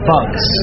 Bugs